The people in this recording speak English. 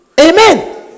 Amen